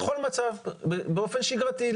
בכל מצב באופן שגרתי.